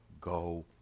go